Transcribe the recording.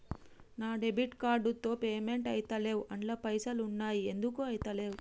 నా debit card తో payment ఐతలేవ్ అండ్ల పైసల్ ఉన్నయి ఎందుకు ఐతలేవ్?